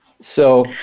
So-